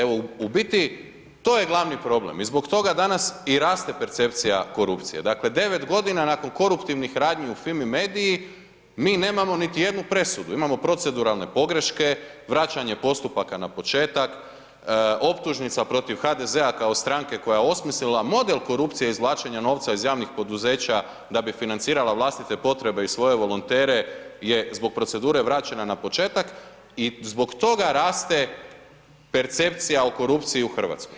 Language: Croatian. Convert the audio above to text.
Evo u biti to je glavni problem i zbog toga danas i rate percepcija korupcije, dakle, 9 g. nakon koruptivnih radnji u FIMI MEDIJI, mi nemamo niti jednu presudu, imamo proceduralne pogreške, vraćanje postupaka na početak, optužnica protiv HDZ-a kao stranke koja je osmislila model korupcije i izvlačenje novca iz javnih poduzeća da bi financirala vlastite potrebe i svoje volontere, je zbog procedure vraćena na početak i zbog toga raste percepcija o korupciji u Hrvatskoj.